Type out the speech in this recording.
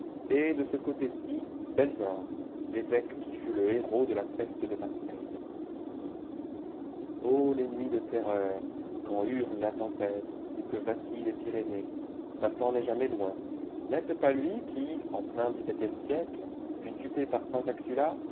et de ce côté-ci belzunce l'évêque qui fut le héros de la peste de marseille o les nuits de terreur quand hurle la tempête ou que vacillent les pyrénées satan n'est jamais loin n'est-ce pas lui qui en plein dixseptième siècle fut dupé par saint axular